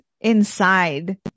inside